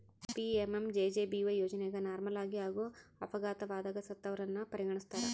PMMJJBY ಯೋಜನೆಗ ನಾರ್ಮಲಾಗಿ ಹಾಗೂ ಅಪಘಾತದಗ ಸತ್ತವರನ್ನ ಪರಿಗಣಿಸ್ತಾರ